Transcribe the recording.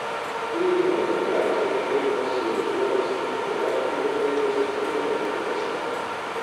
taigi nehierarchinė ir konsoliduota struktūra yra greitesnė ir efektyvesnė